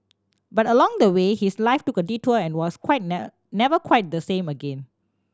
but along the way his life took a detour and was quite never quite the same again